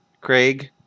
craig